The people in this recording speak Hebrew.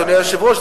אדוני היושב-ראש,